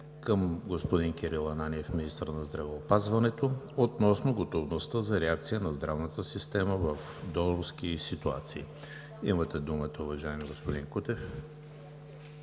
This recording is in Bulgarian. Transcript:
към господин Кирил Ананиев – министър на здравеопазването, относно готовността за реакция на здравната система в донорски ситуации. Имате думата, уважаеми господин Кутев.